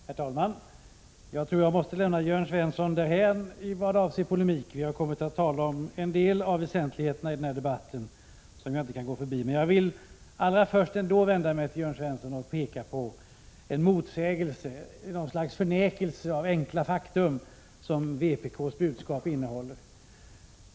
Herr talman! Jag tror att jag måste lämna Jörn Svensson därhän i vad avser polemik. Vi har kommit att tala om en del av väsentligheterna i den här debatten som jag inte kan gå förbi. Men jag vill ändå allra först vända mig till Jörn Svensson och peka på en motsägelse, något slags förnekelse av enkla fakta som vpk:s budskap innehåller.